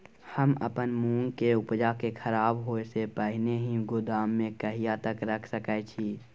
हम अपन मूंग के उपजा के खराब होय से पहिले ही गोदाम में कहिया तक रख सके छी?